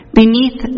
Beneath